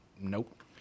Nope